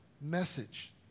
message